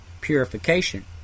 purification